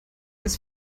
ist